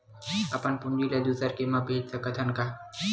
अपन पूंजी ला दुसर के मा भेज सकत हन का?